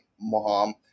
mom